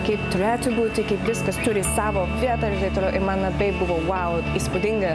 kaip tūrėtų būti kaip viskas turi savo vietą ir taip toliau ir man labai buvo vau įspūdinga